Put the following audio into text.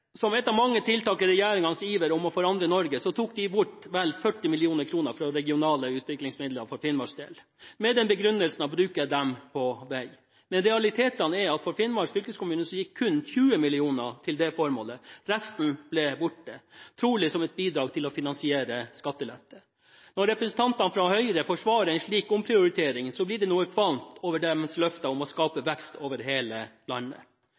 Som et av mange tiltak i regjeringens iver for å forandre Norge tok de bort vel 40 mill. kr fra regionale utviklingsmidler for Finnmarks del, med den begrunnelsen at man ville bruke dem på vei. Realiteten er at i Finnmark fylkeskommune gikk kun 20 mill. kr til det formålet, resten ble borte, trolig som et bidrag til å finansiere skattelette. Når representantene fra Høyre forsvarer en slik omprioritering, blir det noe kvalmt over deres løfter om å skape vekst over hele landet.